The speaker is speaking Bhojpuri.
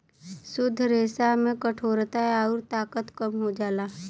शुद्ध रेसा में कठोरता आउर ताकत कम हो जाला